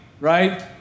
right